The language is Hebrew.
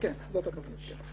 זאת הכוונה.